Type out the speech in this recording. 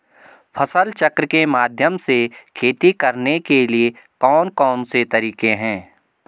फसल चक्र के माध्यम से खेती करने के लिए कौन कौन से तरीके हैं?